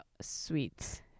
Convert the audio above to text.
sweets